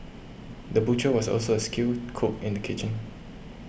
the butcher was also a skilled cook in the kitchen